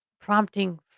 prompting